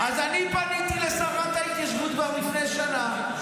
אז אני פניתי לשרת ההתיישבות כבר לפני שנה,